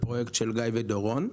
בפרויקט של גיא ודורון.